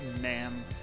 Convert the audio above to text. man